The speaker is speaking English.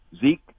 Zeke